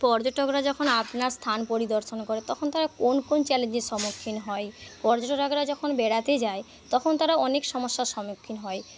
পর্যটকরা যখন আপনার স্থান পরিদর্শন করে তখন তারা কোন কোন চ্যালেঞ্জের সম্মুখীন হয় পর্যটকরা যখন বেড়াতে যায় তখন তারা অনেক সমস্যার সম্মুখীন হয়